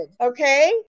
Okay